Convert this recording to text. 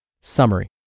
Summary